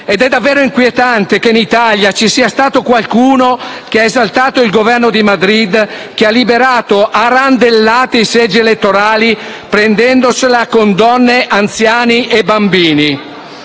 Ed è davvero inquietante che in Italia ci sia stato qualcuno che ha esaltato il Governo di Madrid, che ha liberato a randellate i seggi elettorali, prendendosela con donne, anziani e bambini.